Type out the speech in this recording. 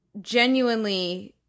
genuinely